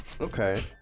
Okay